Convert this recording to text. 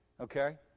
Okay